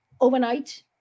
overnight